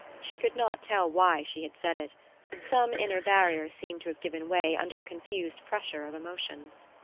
she could not tell why she had said it some inner barrier seemed to have given way under a confused pressure of emotions.